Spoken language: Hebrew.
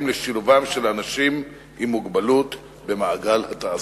לשילובם של אנשים עם מוגבלות במעגל התעסוקה.